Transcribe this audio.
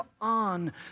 on